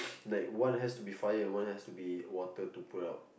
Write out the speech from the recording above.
like one has to fire and one has to be water to put out